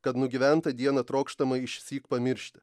kad nugyventą dieną trokštama išsyk pamiršti